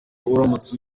uramutse